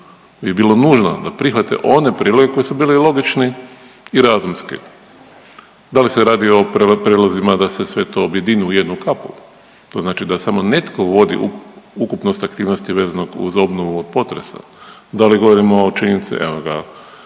su, je bilo nužno da prihvate one prijedloge koji su bili logični i razumski. Da li se radi o prijedlozima da se sve to objedini u jednu kapu? To znači da samo netko vodi ukupnost aktivnosti vezanog uz obnovu od potresa, da li govorimo o činjenici, evo ga,